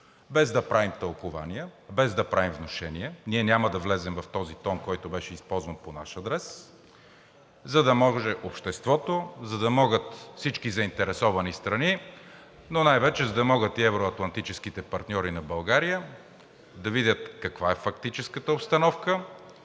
без да правим тълкувания, без да правим внушения. Ние няма да влезем в този тон, който беше използван по наш адрес, за да може обществото, за да могат всички заинтересовани страни, но най-вече, за да могат и евроатлантическите партньори на България да видят каква е фактическата обстановка